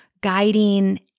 guiding